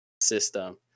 system